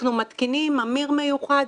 אנחנו מתקינים ממיר מיוחד.